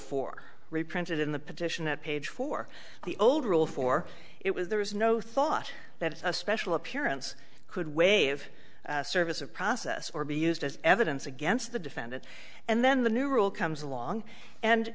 for reprinted in the petition at page four the old rule for it was there was no thought that a special appearance could waive service of process or be used as evidence against the defendant and then the new rule comes along and